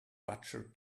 butcher